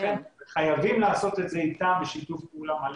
לכן חייבים לעשות את זה איתם בשיתוף פעולה מלא.